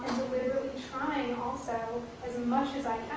trying also, as much as i